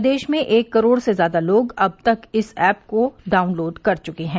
प्रदेश में एक करोड़ से ज्यादा लोग अब तक इस ऐप को डाउनलोड कर चुके हैं